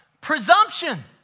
presumption